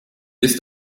ist